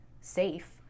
safe